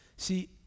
See